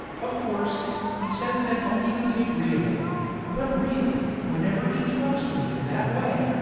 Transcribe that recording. of course, he says that only to be agreeable but really, whenever he talks to me in that way,